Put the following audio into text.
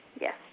Yes